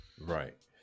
Right